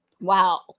wow